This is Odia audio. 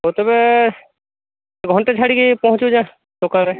ତେବେ ଘଣ୍ଟେ ଛାଡ଼ିକି ପହଞ୍ଚୁଛେ ଦୋକାନରେ